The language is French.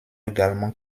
également